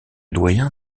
doyen